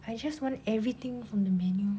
I just want everything from the menu